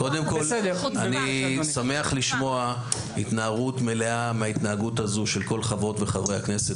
אני לשמוע התנערות מלאה מההתנהגות הזו של כל חברות וחברי הכנסת.